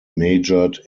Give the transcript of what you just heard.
majored